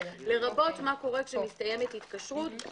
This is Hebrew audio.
לרבות מה קורה כשמסתיימת התקשרות.